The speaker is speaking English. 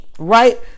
right